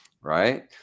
right